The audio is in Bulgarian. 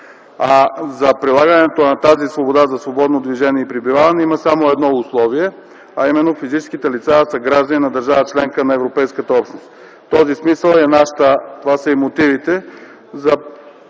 За прилагането на тази свобода - за свободно движение и пребиваване, има само едно условие – физическите лица да са граждани на държава-членка на Европейската общност. В този смисъл са и мотивите за